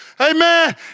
Amen